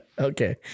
Okay